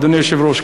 אדוני היושב-ראש,